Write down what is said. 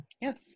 Yes